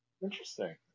Interesting